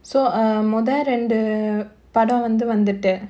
so err மொத ரெண்டு படம் வந்து வந்துட்டு:motha rendu padam vanthu vanthuttu